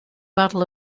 battle